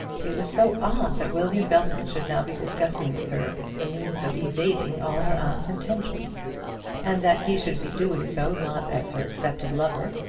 it was so odd that william belton should now be discussing with her the means of evading all her aunt's intentions and that he should be doing so, not as her accepted lover.